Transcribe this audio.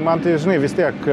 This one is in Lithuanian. man tai žinai vis tiek